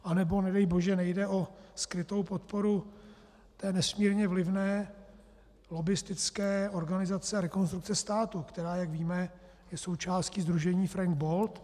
Anebo, nedej bože, nejde o skrytou podporu té nesmírně vlivné lobbistické organizace Rekonstrukce státu, která, jak víme, je součástí sdružení Frank Bold?